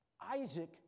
Isaac